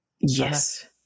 yes